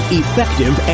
effective